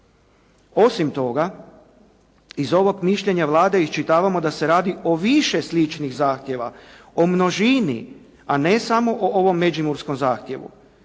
Osim toga, iz ovog mišljenja Vlade iščitavamo da se radi o više sličnih zahtjeva, o množini, a ne samo o ovom međimurskom zahtjevu.